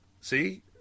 See